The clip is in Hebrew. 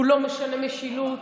הוא לא משנה משילות,